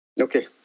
Okay